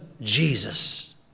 Jesus